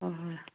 ꯍꯣꯏ ꯍꯣꯏ